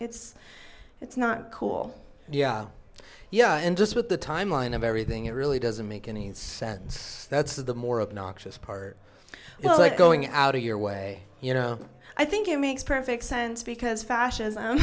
it's it's not cool yeah yeah and just with the timeline of everything it really doesn't make any sense that's the more obnoxious part but going out of your way you know i think it makes perfect sense because fascism